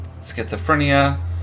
Schizophrenia